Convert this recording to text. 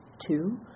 two